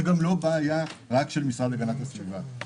גם לא בעיה רק של המשרד להגנת הסביבה.